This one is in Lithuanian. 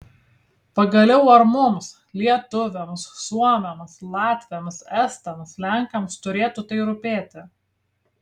pagaliau ar mums lietuviams suomiams latviams estams lenkams turėtų tai rūpėti